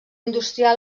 industrial